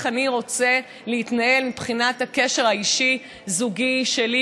אני רוצה להתנהל מבחינת הקשר האישי הזוגי שלי,